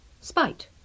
Spite